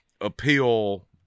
appeal